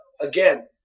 again